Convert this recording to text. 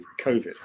COVID